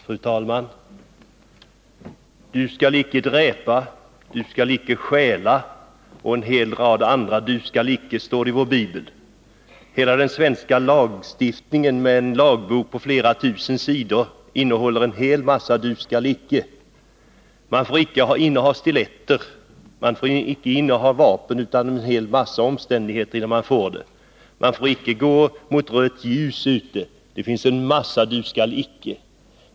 Fru talman! Du skall icke dräpa, du skall icke stjäla och en hel rad andra ”du skallicke” står i vår Bibel. Hela den svenska lagstiftningen i en lagbok på flera tusen sidor innehåller en hel mängd ”du skall icke”. Man får icke inneha stiletter. Det krävs en hel del, innan man får ha vapen. Vidare får man inte gå mot rött ljus ute. Det finns en mängd ”du skall icke”.